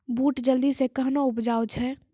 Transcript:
बूट जल्दी से कहना उपजाऊ छ?